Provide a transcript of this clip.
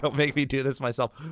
but make me do this myself